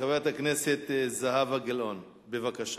חברת הכנסת זהבה גלאון, בבקשה.